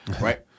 Right